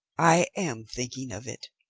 i am thinking of it.